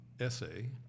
essay